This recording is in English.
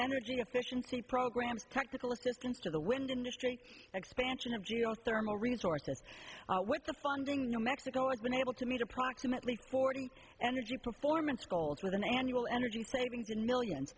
energy efficiency programs technical assistance to the wind industry expansion of geothermal resources with the funding new mexico i've been able to meet approximately forty energy performance goals with an annual energy savings of millions